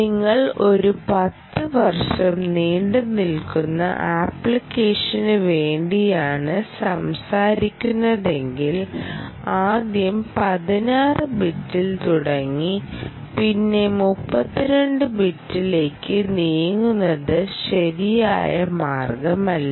നിങ്ങൾ ഒരു പത്തു വർഷം നീണ്ടു നിൽക്കുന്ന അപ്ലിക്കേഷനു വേണ്ടിയാണ് സംസാരിക്കുന്നതെങ്കിൽ ആദ്യം 16 ബിറ്റിൽ തുടങ്ങി പിന്നെ 32 ബിറ്റിലേക്ക് നീങ്ങുന്നത് ശരിയായ മാർഗമല്ല